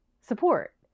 support